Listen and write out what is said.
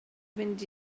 fynd